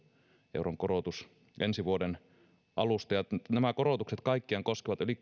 euron korotus ensi vuoden alusta ja nämä korotukset kaikkiaan koskevat yli